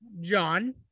John